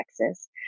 Texas